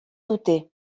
dute